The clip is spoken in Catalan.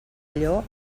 allò